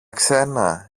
ξένα